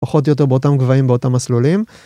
פחות או יותר באותם גבהים, באותם מסלולים.